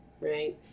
right